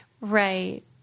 Right